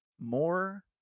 more